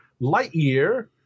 Lightyear